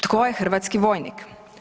Tko je hrvatski vojnik?